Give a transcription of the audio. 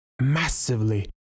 massively